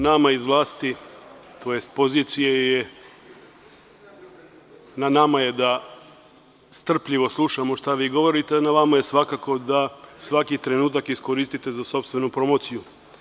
Na nama iz vlasti, tj. pozicije je da strpljivo slušamo šta vi govorite, a na vama je svakako da svaki trenutak iskoristite za sopstvenu promociju.